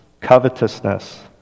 covetousness